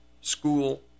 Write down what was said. school